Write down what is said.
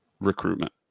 recruitment